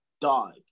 dog